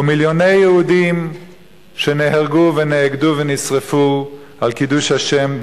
ומיליוני יהודים שנהרגו ונעקדו ונשרפו על קידוש השם,